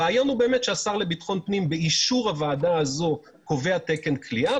הרעיון הוא שהשר לביטחון הפנים באישור הוועדה הזאת קובע תקן כליאה,